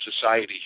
society